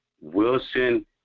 Wilson